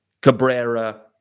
Cabrera